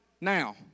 now